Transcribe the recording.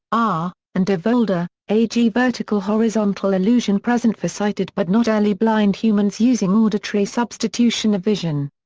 r, and de volder, a. g. vertical-horizontal illusion present for sighted but not early blind humans using auditory substitution of vision.